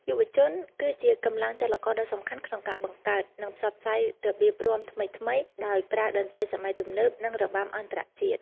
យុវជនគឺជាកម្លាំងចលករដ៏សំខាន់ក្នុងការបង្កើត និងផ្សព្វផ្សាយរបៀបរាំថ្មីៗ ដោយប្រើតន្ត្រីសម័យទំនើប និងរបាំអន្តរជាតិ។